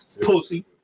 Pussy